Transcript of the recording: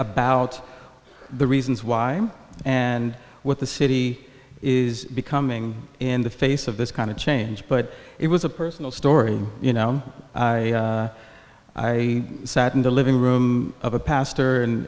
about the reasons why and what the city is becoming in the face of this kind of change but it was a personal story you know i sat in the living room of a pastor